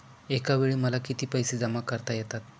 एकावेळी मला किती पैसे जमा करता येतात?